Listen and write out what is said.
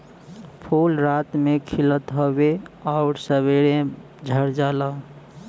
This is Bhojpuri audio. फूल रात में खिलत हउवे आउर सबेरे झड़ जाला